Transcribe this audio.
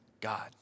God